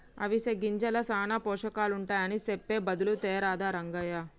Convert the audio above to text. అవిసె గింజల్ల సానా పోషకాలుంటాయని సెప్పె బదులు తేరాదా రంగయ్య